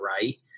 right